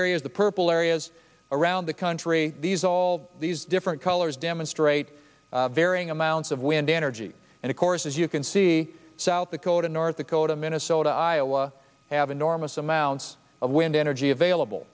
areas the purple areas around the country these all these different colors demonstrate varying amounts of wind energy and of course as you can see south dakota north dakota minnesota iowa have enormous amounts of wind energy available